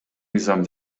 мыйзам